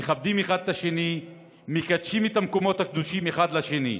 הם מכבדים אחד את השני ומקדשים את המקומות הקדושים אחד לשני,